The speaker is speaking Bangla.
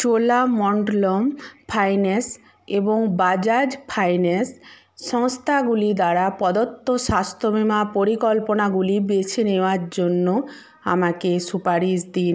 চোলামণ্ডলম ফাইনান্স এবং বাজাজ ফাইনান্স সংস্থাগুলি দ্বারা প্রদত্ত স্বাস্থ্যবীমা পরিকল্পনাগুলি বেছে নেওয়ার জন্য আমাকে সুপারিশ দিন